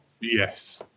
Yes